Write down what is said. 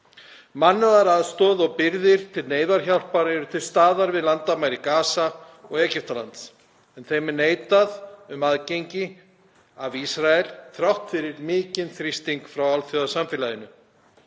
Mannúðaraðstoð og birgðir til neyðarhjálpar eru til staðar við landamæri Gaza og Egyptalands en er neitað um aðgengi af Ísrael þrátt fyrir mikinn þrýsting frá alþjóðasamfélaginu.